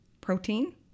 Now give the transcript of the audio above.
protein